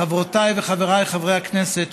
חברותיי וחבריי חברי הכנסת,